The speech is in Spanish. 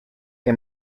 que